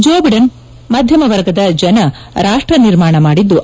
ಜೋ Biden ಮಧ್ಯಮ ವರ್ಗದ ಜನ ರಾಷ್ಲ ನಿರ್ಮಾಣ ಮಾಡಿದ್ಲು